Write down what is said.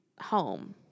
home